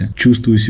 too so too so